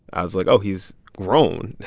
i was like, oh, he's grown.